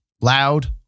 loud